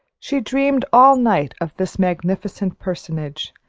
she dreamed all night of this magnificent personage,